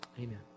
Amen